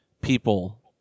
people